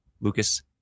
Lucas